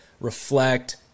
reflect